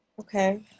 Okay